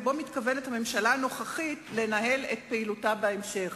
אשר לאופן שבו הממשלה הנוכחית מתכוונת לנהל את פעילותה בהמשך.